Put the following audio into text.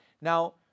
now